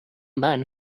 man